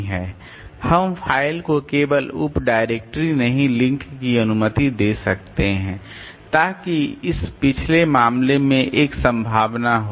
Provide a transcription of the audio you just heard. इसलिए हम फ़ाइल को केवल उप डायरेक्टरी नहीं लिंक की अनुमति दे सकते हैं ताकि इस पिछले मामले में एक संभावना हो